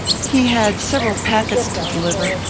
he had several packets to deliver,